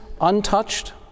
untouched